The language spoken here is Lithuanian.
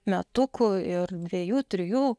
metukų ir dviejų trijų